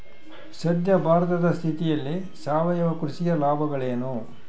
ಸದ್ಯ ಭಾರತದ ಸ್ಥಿತಿಯಲ್ಲಿ ಸಾವಯವ ಕೃಷಿಯ ಲಾಭಗಳೇನು?